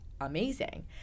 amazing